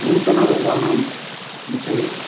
नूतनरोगाणां विषये